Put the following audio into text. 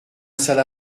salle